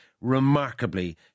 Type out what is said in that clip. remarkably